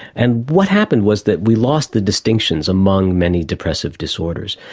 and what happened was that we lost the distinctions among many depressive disorders.